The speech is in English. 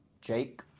Jake